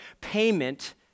payment